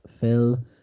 Phil